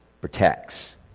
protects